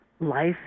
life